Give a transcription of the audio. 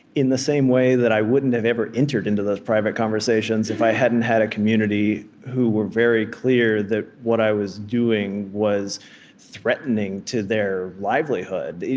in the same way that i wouldn't have ever entered into those private conversations if i hadn't had a community who were very clear that what i was doing was threatening to their livelihood.